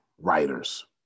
writers